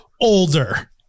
older